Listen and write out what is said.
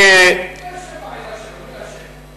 מי אשם שבעדה שלו קשה.